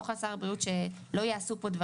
קודם כל יש הבהרה על נקודה אחת חשובה שלא נאמרה פה.